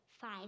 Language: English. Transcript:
Five